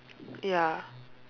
ya